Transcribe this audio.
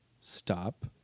stop